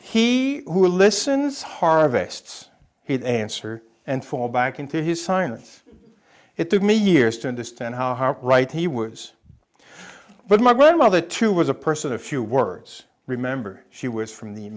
he who listens harvests he'd answer and fall back into his science it took me years to understand how right he was but my grandmother too was a person a few words remember she was from the